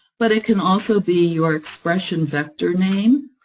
but it can also be your expression vector name,